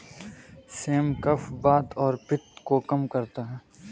same कफ, वात और पित्त को कम करता है